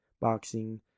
boxing